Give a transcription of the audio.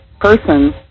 person